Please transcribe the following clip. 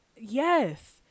Yes